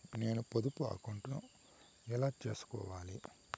నేను పొదుపు అకౌంటు ను ఎలా సేసుకోవాలి?